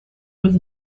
with